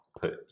put